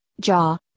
jaw